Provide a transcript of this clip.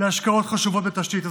להשקעות חשובות בתשתית.